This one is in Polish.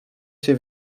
się